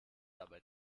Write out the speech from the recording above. dabei